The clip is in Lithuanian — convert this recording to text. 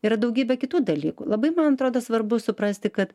ir daugybė kitų dalykų labai man atrodo svarbu suprasti kad